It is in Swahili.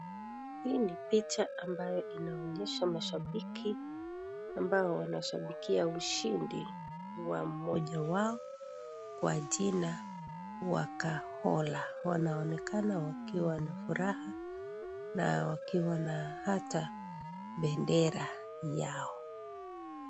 Hii ni picha ambayo inaonyesha mashabiki, ambao wanashabikia ushindi wa mmoja wao, kwa jina Wakahola. Wanaonekana wakiwa na furaha, na wakiwa hata bendera yao.